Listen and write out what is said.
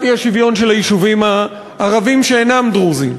האי-שוויון של היישובים הערביים שאינם דרוזיים.